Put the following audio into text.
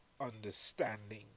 understanding